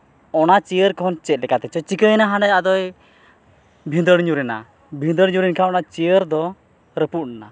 ᱚᱱᱟ ᱪᱤᱭᱟᱹᱨ ᱠᱷᱚᱱ ᱪᱮᱫ ᱞᱮᱠᱟ ᱛᱮᱪᱚᱝ ᱪᱤᱠᱟᱹᱭᱮᱱᱟᱭ ᱦᱟᱸᱰᱮ ᱟᱫᱚᱭ ᱵᱷᱤᱫᱟᱹᱲ ᱧᱩᱨᱮᱱᱟ ᱵᱷᱤᱫᱟᱹᱲ ᱧᱩᱨᱮᱱ ᱠᱷᱟᱱ ᱚᱱᱟ ᱪᱤᱭᱟᱹᱨ ᱫᱚ ᱨᱟᱹᱯᱩᱫ ᱮᱱᱟ